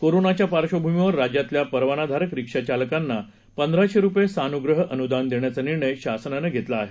कोरोनाच्या पार्श्वभूमीवर राज्यातल्या परवानाधारक रिक्षा चालकांना पंधराशे रुपये सानुग्रह मुदान देण्याचा निर्णय शासनानं घेतला आहे